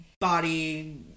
body